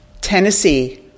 Tennessee